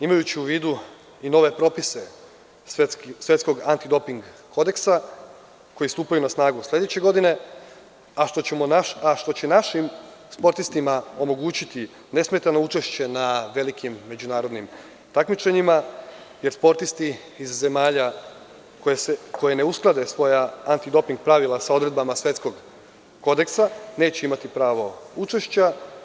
Imajući u vidu i nove propise Svetskog antidoping kodeksa, koji stupaju na snagu sledeće godine, a što će našim sportistima omogućiti nesmetano učešće na velikim međunarodnim takmičenjima, jer sportisti iz zemalja koje ne usklade svoja antidoping pravila sa odredbama Svetskog antidoping kodeksa neće imati pravo učešća.